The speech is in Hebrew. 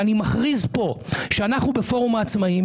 ואני מכריז פה שאנחנו בפורום העצמאים